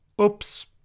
Oops